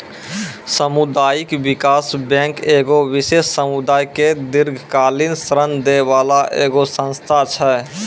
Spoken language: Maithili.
समुदायिक विकास बैंक एगो विशेष समुदाय के दीर्घकालिन ऋण दै बाला एगो संस्था छै